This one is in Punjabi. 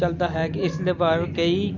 ਚੱਲਦਾ ਹੈ ਕਿ ਇਸ ਦੇ ਬਾਹਰ ਕਈ